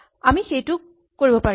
আমি সেইটো কৰিব পাৰিম